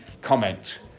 comment